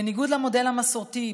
בניגוד למודל המסורתי,